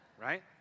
right